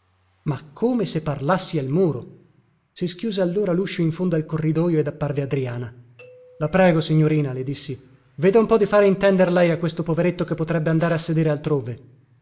ma come se parlassi al muro si schiuse allora luscio in fondo al corridojo ed apparve adriana la prego signorina le dissi veda un po di fare intender lei a questo poveretto che potrebbe andare a sedere altrove